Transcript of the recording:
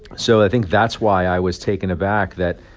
so i think that's why i was taken aback that,